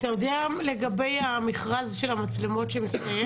האם אתה יודע איפה עומד המכרז של המצלמות שמסתיים?